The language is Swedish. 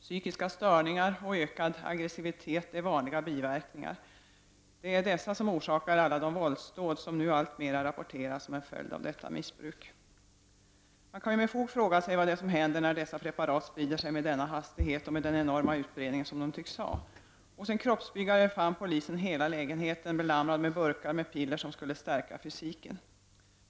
Psykiska störningar och ökad aggressivitet är vanliga biverkningar. Det är dessa biverkningar som orsakar alla de våldsdåd som nu allt oftare rapporteras som en följd av detta missbruk. Man kan med fog fråga sig som händer när dessa preparat sprider sig med denna hastighet och när de får den enorma utbredning som de tycks ha. Hos en kroppsbyggare fann polisen hela lägenheten belamrad med burkar med piller som skulle stärka fysiken.